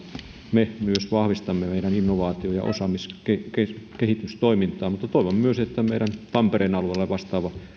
me myös vahvistamme meidän innovaatio ja osaamiskehitystoimintaa mutta toivon myös että meidän tampereen alueella vastaava